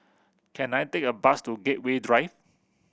can I take a bus to Gateway Drive